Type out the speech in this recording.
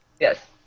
Yes